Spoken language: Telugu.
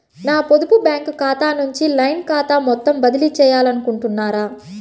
నా పొదుపు బ్యాంకు ఖాతా నుంచి లైన్ ఖాతాకు మొత్తం బదిలీ చేయాలనుకుంటున్నారా?